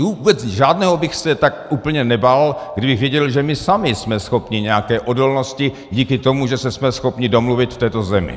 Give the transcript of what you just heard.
Vůbec žádného bych se tak úplně nebál, kdybych věděl, že my sami jsme schopni nějaké odolnosti díky tomu, že jsme schopni se domluvit v této zemi.